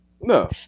No